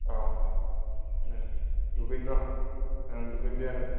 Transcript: अ दे दुगैनो र' आं दुगैनो दे आङो